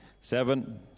seven